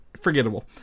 forgettable